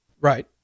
Right